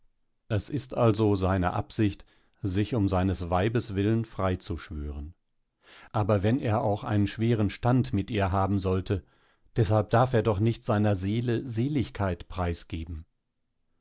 es ist also seine absicht sich um seines weibes willen freizuschwören aber wenn er auch einen schweren stand mit ihr haben sollte deshalb darf er doch nicht seiner seele seligkeit preisgeben